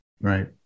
Right